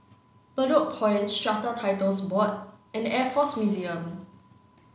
Bedok Point Strata Titles Board and Air Force Museum